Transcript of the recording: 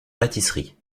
pâtisserie